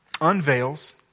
unveils